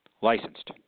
licensed